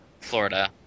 Florida